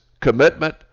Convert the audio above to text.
commitment